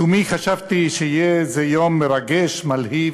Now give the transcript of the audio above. לתומי חשבתי שיהיה זה יום מרגש, מלהיב,